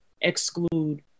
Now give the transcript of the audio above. exclude